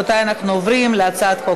48 חברי כנסת בעד, אין מתנגדים, אין נמנעים.